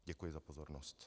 Děkuji za pozornost.